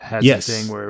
Yes